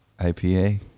IPA